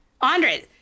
Andre